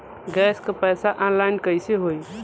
Gas क पैसा online कइसे होई?